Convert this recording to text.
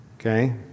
Okay